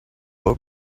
her